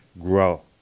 grow